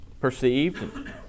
perceived